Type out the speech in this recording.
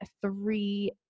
three